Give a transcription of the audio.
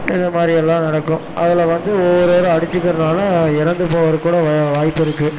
இது மாதிரி எல்லாம் நடக்கும் அதில் வந்து ஒவ்வொருத்தரை அடிச்சிக்கிறதுனால இறந்து போகிறதுக்கூட வாய்ப்பு இருக்குது